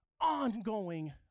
ongoing